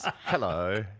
Hello